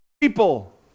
people